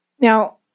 Now